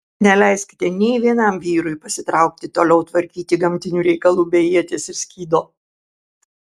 neleiskite nė vienam vyrui pasitraukti toliau tvarkyti gamtinių reikalų be ieties ir skydo